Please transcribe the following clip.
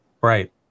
right